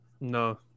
No